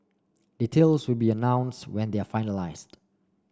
details will be announce when they are finalised